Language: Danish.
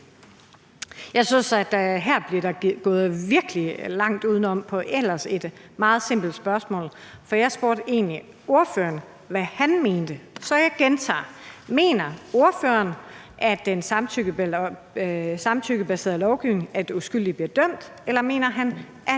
Jeg synes, at der her virkelig bliver gået langt udenom på et ellers meget simpelt spørgsmål, for jeg spurgte egentlig ordføreren, hvad han mente, så jeg gentager: Mener ordføreren, at den samtykkebaserede lovgivning gør, at uskyldige bliver dømt, eller mener han, at